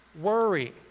worry